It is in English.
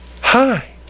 Hi